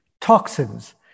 toxins